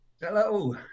hello